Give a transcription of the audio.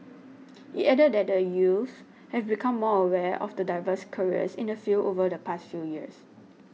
it added that the youths have become more aware of the diverse careers in the field over the past few years